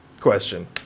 Question